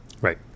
right